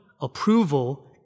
approval